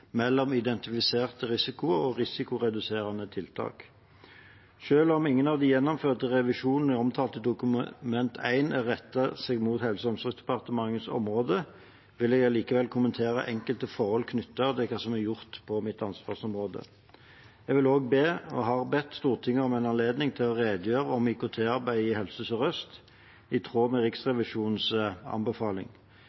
mellom identifiserte risikoer og risikoreduserende tiltak. Selv om ingen av de gjennomførte revisjoner omtalt i Dokument 1 retter seg mot Helse- og omsorgsdepartementets område, vil jeg likevel kommentere enkelte forhold knyttet til hva som er gjort på mitt ansvarsområde. Jeg vil også be, og har bedt, Stortinget om en anledning til å redegjøre om IKT-arbeidet i Helse Sør-Øst, i tråd med